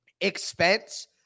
expense